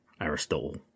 Aristotle